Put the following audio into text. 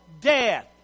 death